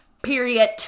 period